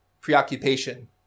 preoccupation